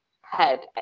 head